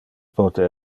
pote